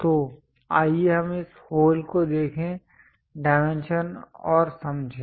तो आइए हम इस होल को देखें डायमेंशन और समझें